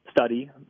study